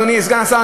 אדוני סגן השר,